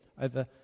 over